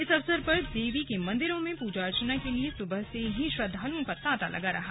इस अवसर पर देवी के मंदिरों में पूजा अर्चना के लिए सुबह से श्रद्धालुओं का तांता लगा रहा